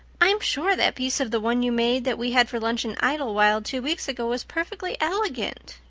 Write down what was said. i'm sure that piece of the one you made that we had for lunch in idlewild two weeks ago was perfectly elegant.